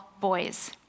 boys